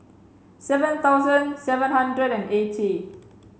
seven thousand seven hundred and eighty